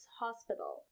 Hospital